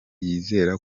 yizera